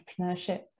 entrepreneurship